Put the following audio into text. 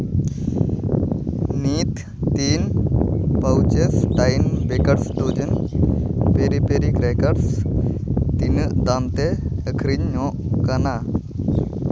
ᱱᱤᱛ ᱛᱤᱱ pouches twin bakers dozens peri peri crackers ᱛᱤᱱᱟᱹᱜ ᱫᱟᱢᱛᱮ ᱟᱹᱠᱷᱨᱤᱧᱚᱜ ᱠᱟᱱᱟ